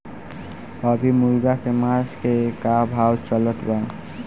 अभी मुर्गा के मांस के का भाव चलत बा?